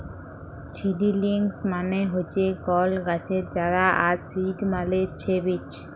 seedlings মানে হচ্যে কল গাছের চারা আর সিড মালে ছে বীজ